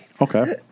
Okay